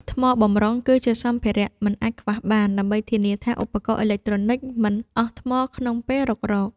ថ្មបម្រុង គឺជាសម្ភារៈមិនអាចខ្វះបាន ដើម្បីធានាថាឧបករណ៍អេឡិចត្រូនិចមិនអស់ថ្មក្នុងពេលរុករក។